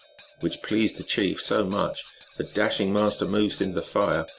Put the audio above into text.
which pleased the chief so much that, dashing master moose into the fire,